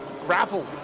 gravel